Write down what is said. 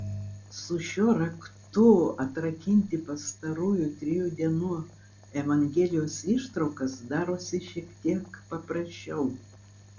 su šiuo raktu atrakinti pastarųjų trijų dienų evangelijos ištraukas darosi šiek tiek paprasčiau